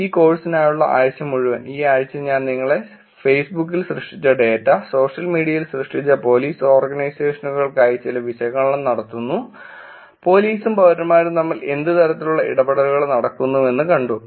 ഈ കോഴ്സിനായുള്ള ആഴ്ച മുഴുവൻ ഈ ആഴ്ച ഞാൻ നിങ്ങളെ ഫേസ്ബുക്കിൽ സൃഷ്ടിച്ച ഡാറ്റ സോഷ്യൽ മീഡിയയിൽ സൃഷ്ടിച്ച പോലീസ് ഓർഗനൈസേഷനുകൾക്കായി ചില വിശകലനങ്ങൾ നടത്തുന്നു പോലീസും പൌരന്മാരും തമ്മിൽ എന്ത് തരത്തിലുള്ള ഇടപെടലുകൾ നടക്കുന്നുവെന്ന് കണ്ടു